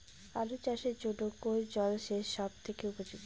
আলু চাষের জন্য কোন জল সেচ সব থেকে উপযোগী?